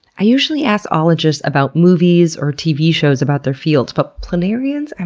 i usually ask ologists about movies or tv shows about their fields, but planarians? and